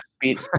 beat